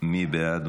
מי בעד?